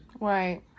right